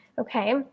okay